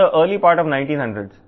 విద్యార్థి సాపేక్షత